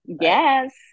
Yes